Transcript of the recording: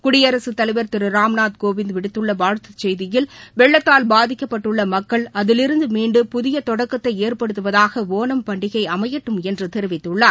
குடியரசு தலைவர் திரு ராம்நாத் கோவிந்த் விடுத்துள்ள வாழ்த்து செய்தியில் வெள்ளத்தால் பாதிக்கப்பட்டுள்ள மக்கள் அதிலிருந்து மீண்டு புதிய தொடக்கத்தை ஏற்படுத்துவதாக ஒணம் பண்டிகை அமையட்டும் என்று தெரிவித்துள்ளார்